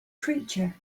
creature